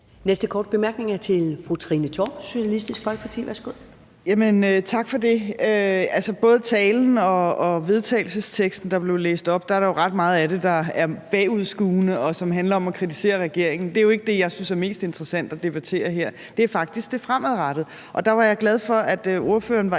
Næste korte bemærkning er til fru Trine Torp, Socialistisk Folkeparti. Værsgo. Kl. 13:18 Trine Torp (SF): Tak for det. I både talen og vedtagelsesteksten, der blev læst op, er der jo ret meget, der er bagudskuende, og som handler om at kritisere regeringen. Det er jo ikke det, jeg synes er mest interessant at debattere her. Det er faktisk det fremadrettede. Og der var jeg glad for, at ordføreren var inde